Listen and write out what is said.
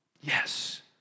Yes